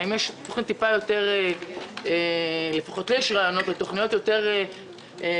האם יש תוכנית לפחות לי יש רעיונות לתוכניות יותר מתגמלות.